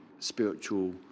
spiritual